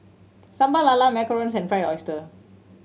Sambal Lala macarons and Fried Oyster